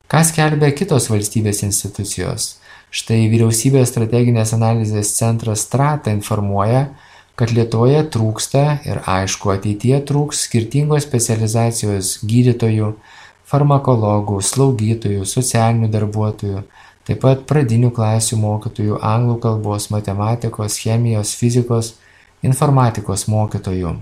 ką skelbia kitos valstybės institucijos štai vyriausybės strateginės analizės centras trata informuoja kad lietuvoje trūksta ir aišku ateityje trūks skirtingos specializacijos gydytojų farmakologų slaugytojų socialinių darbuotojų taip pat pradinių klasių mokytojų anglų kalbos matematikos chemijos fizikos informatikos mokytojų